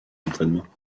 entraînements